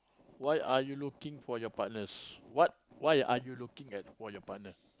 why are you looking for your partners what why are you looking at for your partners